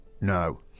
No